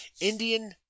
Indian